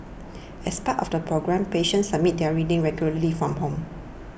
as part of the programme patients submit their readings regularly from home